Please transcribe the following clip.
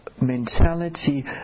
mentality